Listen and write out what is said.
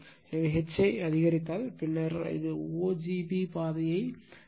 எனவே H மின்சாரத்தை அதிகரித்தால் பின்னர் இது o g b பாதையை பின்பற்றும்